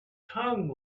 tongue